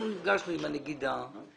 אנחנו נפגשנו עם הנגידה,